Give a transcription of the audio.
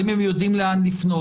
האם הם יודעים לאן לפנות?